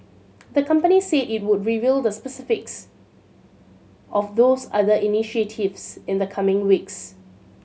the company said it would reveal the specifics of those other initiatives in the coming weeks